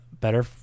better